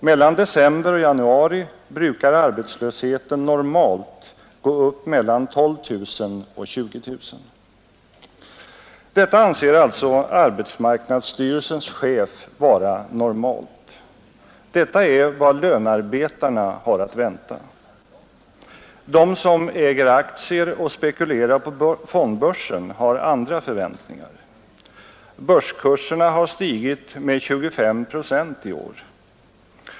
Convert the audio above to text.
Mellan december och januari brukar arbetslösheten normalt gå upp mellan 12 000 och 20 000.” Detta anser alltså arbetsmarknadsstyrelsens chef vara normalt. Detta är vad lönarbetarna har att vänta. De som äger aktier och spekulerar på fondbörsen har andra förväntningar. Börskurserna har stigit med 25 procent i år.